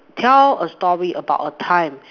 tell a story about a time